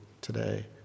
today